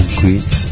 great